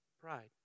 Pride